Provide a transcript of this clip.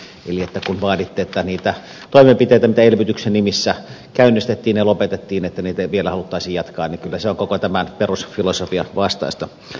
eli kun vaaditte että vielä jatkettaisiin niitä toimenpiteitä mitä elvytyksen nimissä käynnistettiin ja lopetettiin niin kyllä se on koko tämän perusfilosofian vastaista